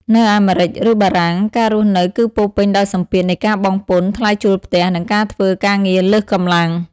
នៅអាមេរិក ឬបារាំង ការរស់នៅគឺពោរពេញដោយសម្ពាធនៃការបង់ពន្ធ ថ្លៃជួលផ្ទះ និងការធ្វើការងារលើសកម្លាំង។